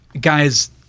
guys